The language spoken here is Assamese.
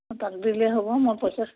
তাক দিলেই হ'ব মই পইচা